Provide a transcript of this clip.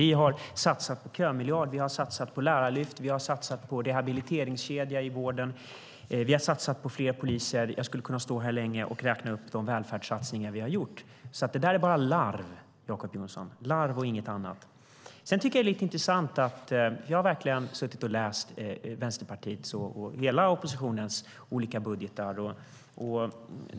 Vi har satsat på en kömiljard, vi har satsat på lärarlyft och vi har satsat på en rehabiliteringskedja i vården. Vi har satsat på fler poliser. Jag skulle kunna stå här länge och räkna upp de välfärdssatsningar vi har gjort. Det där är alltså bara larv, Jacob Johnson - larv och inget annat. Sedan tycker jag att det är lite intressant. Jag har läst hela oppositionens olika budgetar, och jag har verkligen suttit och läst Vänsterpartiets budget.